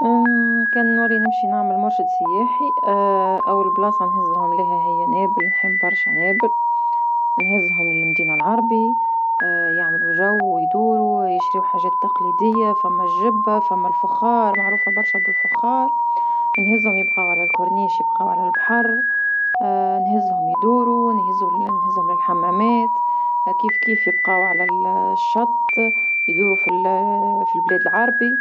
كان نولي نمشي نعمل مرشد سياحي أول بلاصة نهزه ليها هي نابل نحب برشا نابل نهزهم للمدينة العربي يعملو جو ويدورو يشريو حاجات تقليدية فما الجبة فما الفخار معروفة برشا بالفخار نهزهم يبقاو على الكورنيش بقاو على البحر نهزهم يدورو نهز- نهزهم للحمامات كيف كيف يبقاو على الشط يدرو في بلاد العربي.